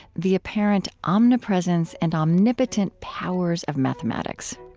the apparent omnipresence and omnipotent powers of mathematics.